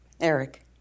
Eric